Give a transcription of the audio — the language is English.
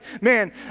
man